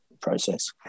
process